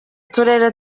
turere